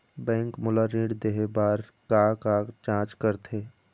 Bank मोला ऋण देहे बार का का जांच करथे?